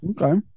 Okay